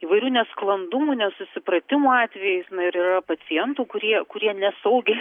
įvairių nesklandumų nesusipratimų atvejais na ir yra pacientų kurie kurie nesaugiai